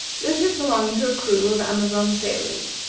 the ship belonged to a crew of amazon sailors,